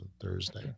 Thursday